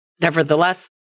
Nevertheless